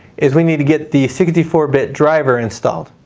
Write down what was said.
is we need to get the sixty four bit driver installed.